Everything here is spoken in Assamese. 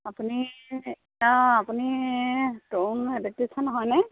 আপুনি অঁ আপুনি তৰুণ ইলেকট্ৰিচিয়ান হয়নে